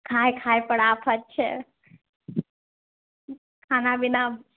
खाए खाए पर आफत छै खाना बिना